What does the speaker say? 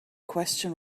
question